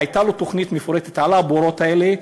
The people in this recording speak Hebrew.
הייתה לו תוכנית מפורטת של הבורות האלה,